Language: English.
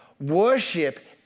worship